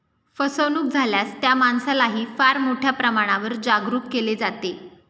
फसवणूक झाल्यास त्या माणसालाही फार मोठ्या प्रमाणावर जागरूक केले जाते